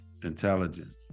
Intelligence